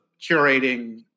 curating